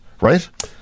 right